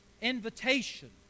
invitation